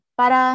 para